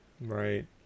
Right